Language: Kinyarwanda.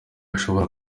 hashobora